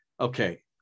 okay